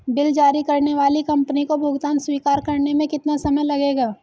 Bill जारी करने वाली कंपनी को भुगतान स्वीकार करने में कितना समय लगेगा?